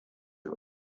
wir